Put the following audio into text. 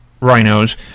rhinos